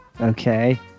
Okay